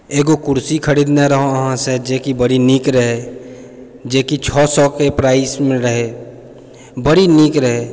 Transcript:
एगो कुर्सी खरीदने रहौं अहाँसँ जे बड़ी नीक रहै जे की छओ सएके प्राइसमे रहै बड़ी नीक रहै